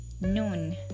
noon